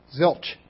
Zilch